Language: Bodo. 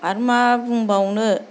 आरो मा बुंबावनो